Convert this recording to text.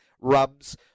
rubs